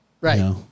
Right